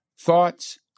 thoughts